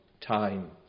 time